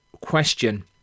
question